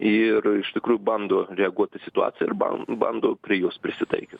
ir iš tikrųjų bando reaguot į situaciją ir ban bando prie jos prisitaikyt